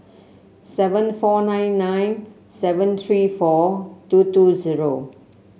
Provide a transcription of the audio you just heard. seven four nine nine seven three four two two zero